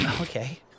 Okay